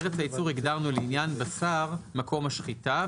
את ארץ הייצור הגדרנו לעניין בשר - מקום השחיטה,